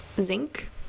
zinc